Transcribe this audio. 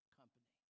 company